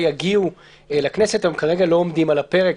יגיעו לכנסת אבל הם כרגע לא עומדים על הפרק.